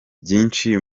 byinshi